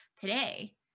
today